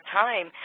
time